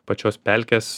pačios pelkės